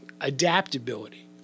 adaptability